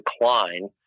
decline